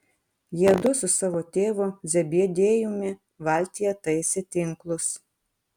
jiedu su savo tėvu zebediejumi valtyje taisė tinklus